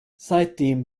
seitdem